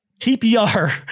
TPR